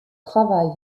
travail